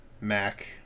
Mac